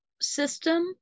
system